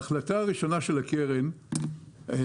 ההחלטה הראשונה של הקרן הייתה,